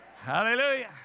Hallelujah